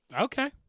Okay